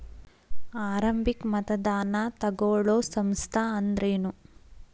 ಆರಂಭಿಕ್ ಮತದಾನಾ ತಗೋಳೋ ಸಂಸ್ಥಾ ಅಂದ್ರೇನು?